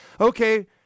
okay